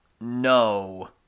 No